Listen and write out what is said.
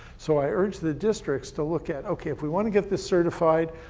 so i urge the districts to look at, okay, if we want to get this certified,